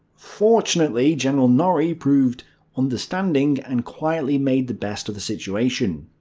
fortunately, general norrie proved understanding and quietly made the best of the situation.